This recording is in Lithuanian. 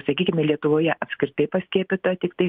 sakykime lietuvoje apskritai paskiepyta tiktai